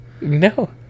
No